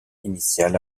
initiale